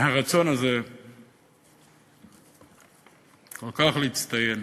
הרצון הזה כל כך להצטיין